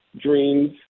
dreams